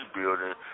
building